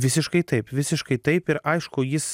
visiškai taip visiškai taip ir aišku jis